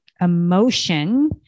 emotion